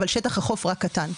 אבל שטח החוף רק קטן.